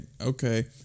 okay